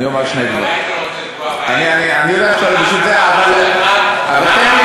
אני ודאי לא רוצה לפגוע בהם.